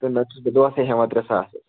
تہٕ نَتہٕ چھُس بہٕ دۅہسٕے ہٮ۪وان ترٛےٚ ساس حظ